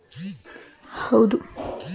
ಹಣದುಬ್ಬರದಿಂದ ದೇಶದ ಆರ್ಥಿಕ ಪ್ರಗತಿ ಕೆಡುತ್ತಿದೆ